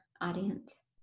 audience